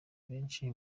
benshi